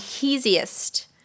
easiest